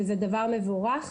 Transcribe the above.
וזה דבר מבורך.